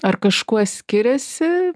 ar kažkuo skiriasi